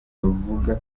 bavuga